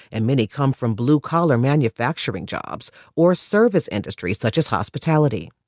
and many come from blue-collar manufacturing jobs or service industries such as hospitality.